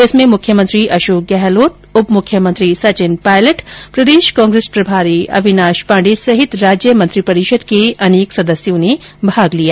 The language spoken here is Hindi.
इसमें मुख्यमंत्री अषोक गहलोत उपमुख्यमंत्री सचिन पायलट प्रदेष कांग्रेस प्रभारी अविनाष पांडे सहित राज्य मंत्रीपरिषद के अनेक सदस्यों ने भाग लिया